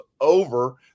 over